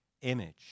image